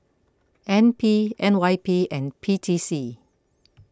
N P N Y P and P T C